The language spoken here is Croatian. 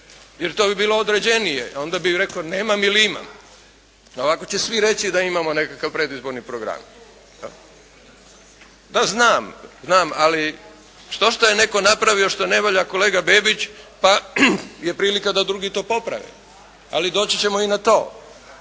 Jer to bi bilo određenije onda bi rekao nemam ili imam. A ovako će svi reći da imamo nekakav predizborni program. … /Upadica se ne razumije./ … Da znam, znam ali štošta je netko napravio što ne valja kolega Bebić pa je prilika da drugi to poprave. Ali doći ćemo i na to.